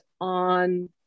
on